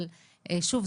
אבל שוב,